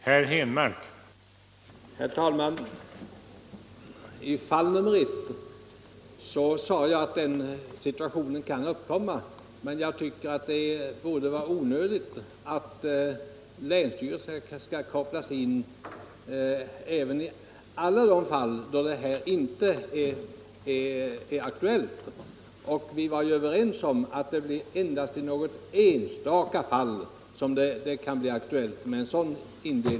Herr talman! I det första fallet sade jag att den situationen kan uppkomma då det behövs en samordning men att det borde vara onödigt att länsstyrelsen skall kopplas in även då detta inte är aktuellt. Vi var ju överens om att det endast i något enstaka fall kan bli aktuellt med en sådan samordning.